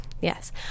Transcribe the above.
Yes